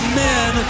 men